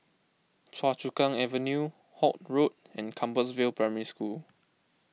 Choa Chu Kang Avenue Holt Road and Compassvale Primary School